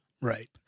Right